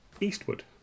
Eastwood